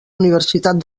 universitat